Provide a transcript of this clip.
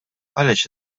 għaliex